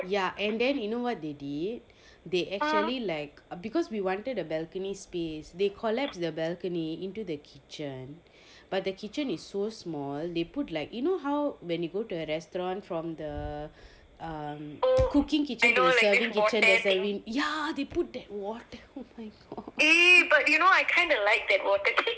ya and then you know what they did they actually like uh because we wanted the balcony space they collapse the balcony into the kitchen but the kitchen is so small they put like you know how when you go to a restaurant from the um cooking kitchen to the serving ktichen there's a wind ya they put that wall there oh my